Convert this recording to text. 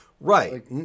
Right